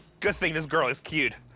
good thing this girl is cute,